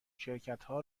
شرکتها